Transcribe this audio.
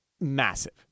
massive